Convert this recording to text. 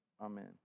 Amen